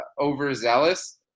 overzealous